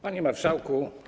Panie Marszałku!